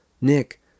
Nick